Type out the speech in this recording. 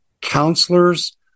counselors